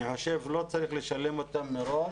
אני חושב שלא צריך לשלם אותן מראש